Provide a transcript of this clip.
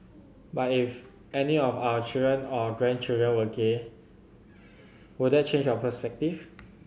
but if any of our children or grandchildren were gay would that change your perspective